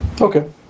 Okay